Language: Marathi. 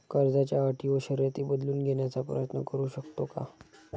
कर्जाच्या अटी व शर्ती बदलून घेण्याचा प्रयत्न करू शकतो का?